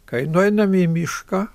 kai nueiname į mišką